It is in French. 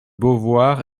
beauvoir